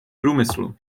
průmyslu